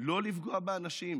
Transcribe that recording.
לא לפגוע באנשים,